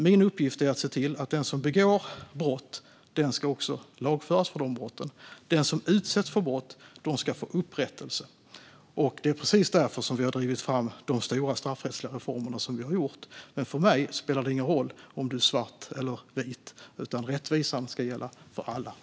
Min uppgift är att se till att den som begår brott ska lagföras för de brotten och att den som utsätts för brott ska få upprättelse. Det är precis därför vi har drivit fram de här stora straffrättsliga reformerna. Men för mig spelar det ingen roll om du är svart eller vit. Rättvisan ska gälla för alla.